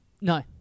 No